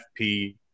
FP